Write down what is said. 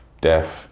death